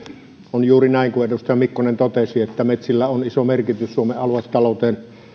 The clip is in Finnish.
on juuri näin kuin edustaja mikkonen totesi että metsillä on iso merkitys suomen aluetalouteen